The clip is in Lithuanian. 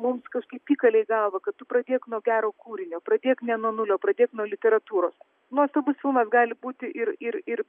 mums kažkaip įkalė į galvą kad tu pradėk nuo gero kūrinio pradėk ne nuo nulio pradėk nuo literatūros nuostabus filmas gali būti ir ir ir